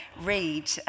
read